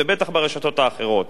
ובטח ברשתות האחרות.